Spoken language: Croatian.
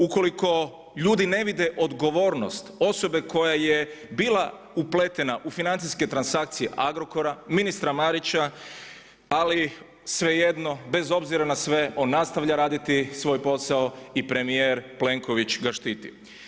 Ukoliko ljudi ne vide odgovornost osobe koja je bila upletena u financijske transakcije Agrokora, ministra Marića ali svejedno bez obzira na sve on nastavlja raditi svoj posao i premijer Plenković ga štiti.